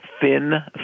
thin